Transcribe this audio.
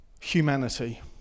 Humanity